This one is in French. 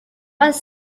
pas